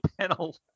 panel